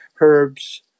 herbs